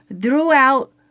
throughout